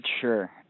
Sure